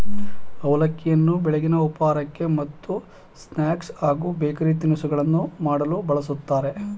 ಅವಲಕ್ಕಿಯನ್ನು ಬೆಳಗಿನ ಉಪಹಾರಕ್ಕೆ ಮತ್ತು ಸ್ನಾಕ್ಸ್ ಹಾಗೂ ಬೇಕರಿ ತಿನಿಸುಗಳನ್ನು ಮಾಡಲು ಬಳ್ಸತ್ತರೆ